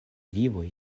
vivoj